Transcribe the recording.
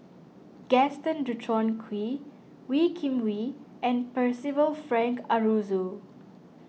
Gaston Dutronquoy Wee Kim Wee and Percival Frank Aroozoo